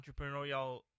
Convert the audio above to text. entrepreneurial